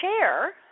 chair